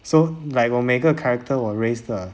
so like 我每一个 character 我 raise 的